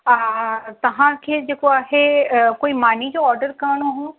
हा तव्हांखे जेको आहे कोई मानी ऑर्डर करिणो हो